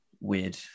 weird